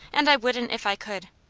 and i wouldn't if i could.